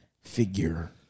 figure